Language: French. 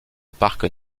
parc